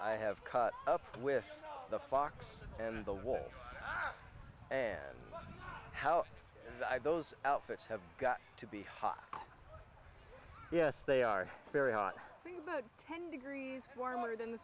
i have caught up with the fox and the wall and how those outfits have got to be hot yes they are very hot about ten degrees warmer than the